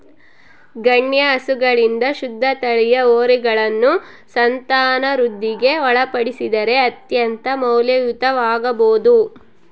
ಗಣ್ಯ ಹಸುಗಳಿಂದ ಶುದ್ಧ ತಳಿಯ ಹೋರಿಯನ್ನು ಸಂತಾನವೃದ್ಧಿಗೆ ಒಳಪಡಿಸಿದರೆ ಅತ್ಯಂತ ಮೌಲ್ಯಯುತವಾಗಬೊದು